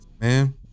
man